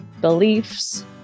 beliefs